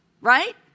right